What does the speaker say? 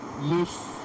loose